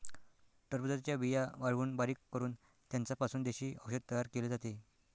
टरबूजाच्या बिया वाळवून बारीक करून त्यांचा पासून देशी औषध तयार केले जाते